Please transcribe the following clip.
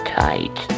tight